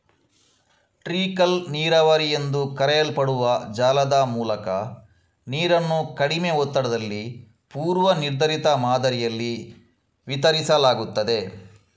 trickle ನೀರಾವರಿ ಎಂದು ಕರೆಯಲ್ಪಡುವ ಜಾಲದ ಮೂಲಕ ನೀರನ್ನು ಕಡಿಮೆ ಒತ್ತಡದಲ್ಲಿ ಪೂರ್ವ ನಿರ್ಧರಿತ ಮಾದರಿಯಲ್ಲಿ ವಿತರಿಸಲಾಗುತ್ತದೆ